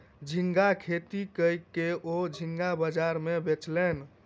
झींगा खेती कय के ओ झींगा बाजार में बेचलैन